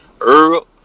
Earl